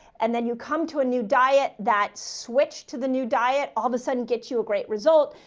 and then you come to a new diet that switched to the new diet. all of a sudden gets you a great result.